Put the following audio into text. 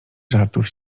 żartów